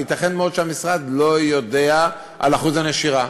וייתכן מאוד שהמשרד לא יודע על אחוז הנשירה.